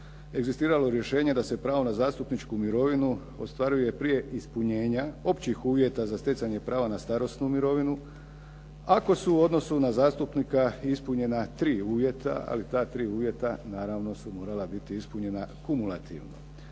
egzistiralo rješenje da se pravo na zastupničku mirovinu ostvaruje prije ispunjenja općih uvjeta za stjecanje prava na starosnu mirovinu, ako su u odnosu na zastupnika ispunjena tri uvjeta, ali ta tri uvjeta naravno su morala biti ispunjena kumulativno.